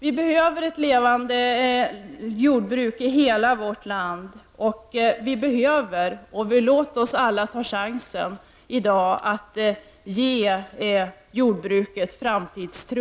Vi behöver ett levande jordbruk i hela vårt land. Låt oss ta chansen i dag att ge jordbruket framtidstro!